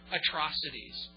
atrocities